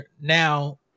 now